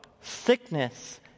sickness